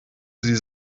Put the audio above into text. sie